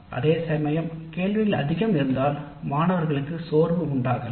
அதே சமயம் கேள்விகள் அதிகம் இருந்தால் மாணவர்களுக்கு சோர்வு உண்டாகலாம்